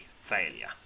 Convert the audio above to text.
Failure